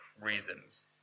reasons